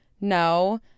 No